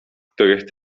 których